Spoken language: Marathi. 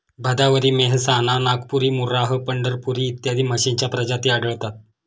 भदावरी, मेहसाणा, नागपुरी, मुर्राह, पंढरपुरी इत्यादी म्हशींच्या प्रजाती आढळतात